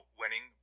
winning